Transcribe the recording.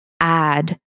add